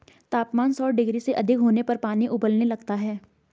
तापमान सौ डिग्री से अधिक होने पर पानी उबलने लगता है